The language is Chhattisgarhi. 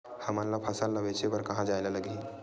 हमन ला फसल ला बेचे बर कहां जाये ला लगही?